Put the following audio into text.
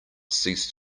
cease